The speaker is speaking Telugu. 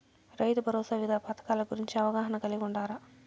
రైతుభరోసా వివిధ పథకాల గురించి అవగాహన కలిగి వుండారా?